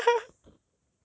!ee! 恶心